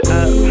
up